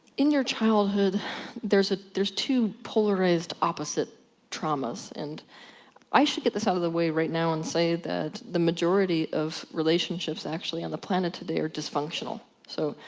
in your childhood there's ah there's two polarized opposite traumas and should get this out of the way right now and say that the majority of relationships actually on the planet today are dysfunctional. so,